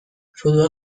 futbol